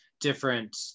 different